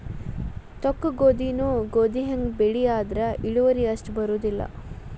ತೊಕ್ಕಗೋಧಿನೂ ಗೋಧಿಹಂಗ ಬೆಳಿ ಆದ್ರ ಇಳುವರಿ ಅಷ್ಟ ಬರುದಿಲ್ಲಾ